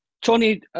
Tony